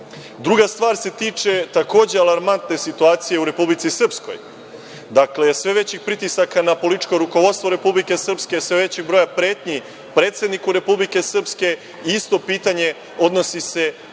stvar se tiče takođe alarmantne situacije u Republici Srpskoj. Dakle, sve većih pritisaka na političko rukovodstvo Republike Srpske, sve većeg broja pretnji predsedniku Republike Srpske i isto pitanje odnosi se